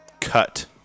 cut